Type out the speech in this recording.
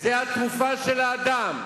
הוא התרופה של האדם.